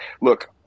look